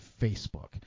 Facebook